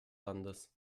landes